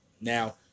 Now